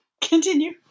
Continue